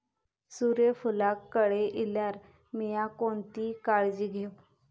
सूर्यफूलाक कळे इल्यार मीया कोणती काळजी घेव?